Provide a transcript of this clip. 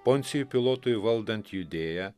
poncijui pilotui valdant judėją